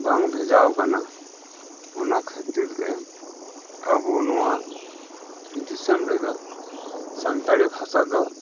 ᱵᱟᱝ ᱵᱷᱮᱡᱟ ᱟᱠᱟᱱᱟ ᱚᱱᱟ ᱠᱷᱟᱹᱛᱤᱨ ᱛᱮ ᱟᱵᱚ ᱱᱚᱶᱟ ᱫᱤᱥᱚᱢ ᱨᱮᱫᱚ ᱥᱟᱱᱛᱟᱲᱤ ᱵᱷᱟᱥᱟ ᱫᱚ